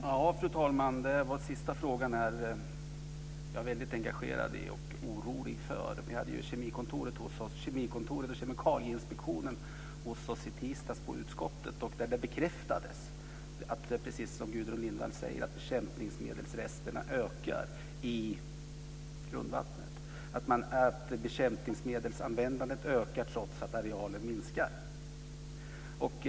Fru talman! Den sista frågan är jag mycket engagerad i och orolig för. I tisdags besökte Kemikalieinspektionen utskottet. Det bekräftades då precis det som Gudrun Lindvall säger, nämligen att resterna av bekämpningsmedel ökar i grundvattnet, att användandet av bekämpningsmedel ökar trots att arealen minskar.